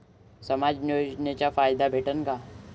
समाज योजनेचा फायदा भेटन का?